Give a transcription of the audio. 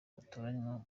batoranywa